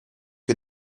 que